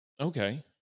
okay